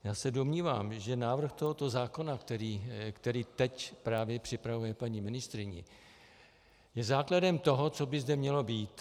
Já se domnívám, že návrh tohoto zákona, který teď právě připravuje paní ministryně, je základem toho, co by zde mělo být.